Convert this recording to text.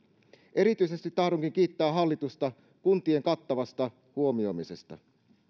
erityisesti tahdonkin kiittää hallitusta kuntien kattavasta huomioimisesta